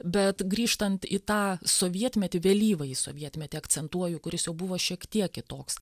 bet grįžtant į tą sovietmetį vėlyvąjį sovietmetį akcentuoju kuris jau buvo šiek tiek kitoks